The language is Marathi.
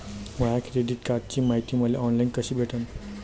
माया क्रेडिट कार्डची मायती मले ऑनलाईन कसी भेटन?